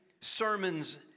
sermons